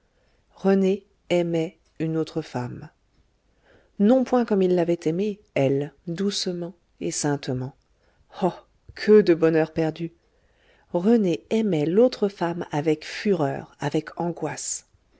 rené aimait une autre femme non point comme il l'avait aimée elle doucement et saintement oh que de bonheur perdu rené aimait l'autre femme avec fureur avec angoisse